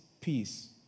peace